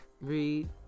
read